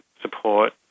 support